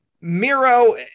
Miro